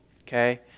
Okay